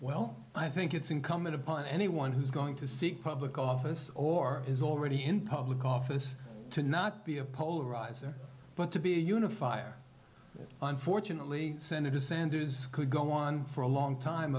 well i think it's incumbent upon anyone who's going to seek public office or is already in public office to not be a polarizer but to be a unifier unfortunately senator sanders could go on for a long time